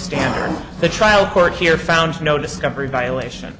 standard the trial court here found no discovery violation